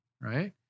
right